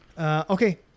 Okay